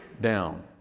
down